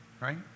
Right